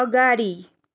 अगाडि